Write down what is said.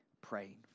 praying